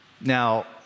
Now